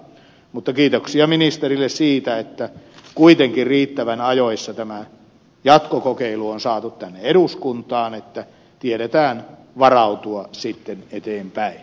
mutta kiitoksia ministerille siitä että kuitenkin riittävän ajoissa tämä jatkokokeilu on saatu tänne eduskuntaan että tiedetään varautua sitten eteenpäin